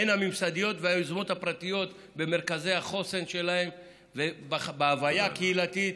הן הממסדיות והן היוזמות הפרטיות במרכזי החוסן שלהם ובהוויה הקהילתית.